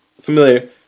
familiar